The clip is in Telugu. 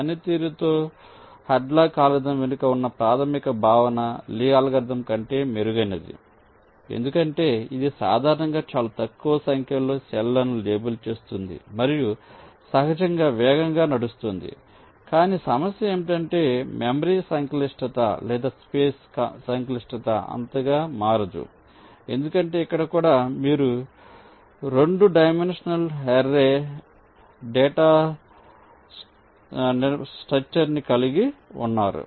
పనితీరులో హాడ్లాక్ అల్గోరిథం వెనుక ఉన్న ప్రాథమిక భావన లీ అల్గోరిథం కంటే మెరుగైనది ఎందుకంటే ఇది సాధారణంగా చాలా తక్కువ సంఖ్యలో సెల్ లను లేబుల్ చేస్తుంది మరియు సహజంగా వేగంగా నడుస్తుంది కానీ సమస్య ఏమిటంటే మెమరీ సంక్లిష్టత లేదా స్పేస్ సంక్లిష్టత అంతగా మారదు ఎందుకంటే ఇక్కడ కూడా మీరు 2 డైమెన్షనల్ అర్రే డేటా నిర్మాణాన్ని కలిగి ఉన్నారు